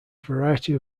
variety